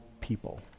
people